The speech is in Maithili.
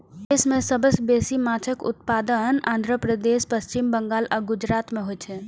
देश मे सबसं बेसी माछक उत्पादन आंध्र प्रदेश, पश्चिम बंगाल आ गुजरात मे होइ छै